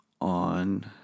on